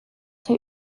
der